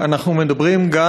אנחנו מדברים על